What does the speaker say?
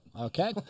Okay